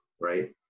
right